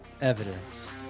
Evidence